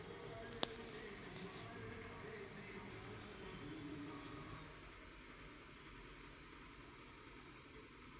आवेदन पूरा होने के बाद सरकारी बैंक से ऋण राशि प्राप्त करने में कितना समय लगेगा?